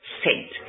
sent